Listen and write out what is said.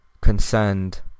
Concerned